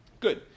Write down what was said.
Good